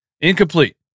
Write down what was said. incomplete